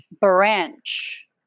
branch